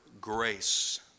grace